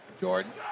Jordan